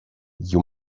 you